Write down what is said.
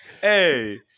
Hey